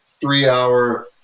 three-hour